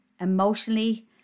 emotionally